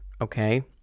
okay